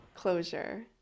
closure